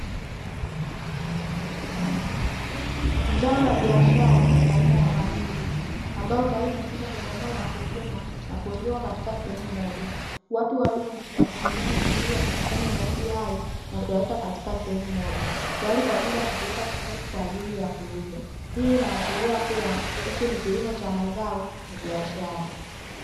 Zao la biashara aina ya mahindi ambayo tayari yamekwisha kukomaa na kuvunwa na kuweka katika sehemu moja. Watu wawili wanaendelea na shughuli ya kukusanya mahindi hayo na kuyaweka katika sehemu moja, tayari kwa ajil ya kupelekwa sokoni kwa ajili ya kuuzwa. Hii inaashiria kuwa hiki ni kilimo cha mazao ya biashara.